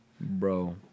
bro